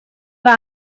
war